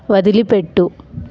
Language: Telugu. వదిలిపెట్టు